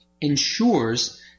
ensures